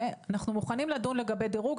אנחנו מוכנים לדון לגבי דירוג,